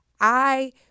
I-